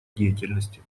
деятельности